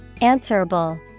Answerable